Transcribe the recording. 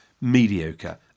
mediocre